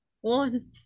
one